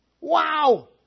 Wow